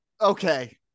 Okay